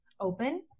open